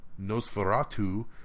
Nosferatu